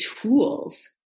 tools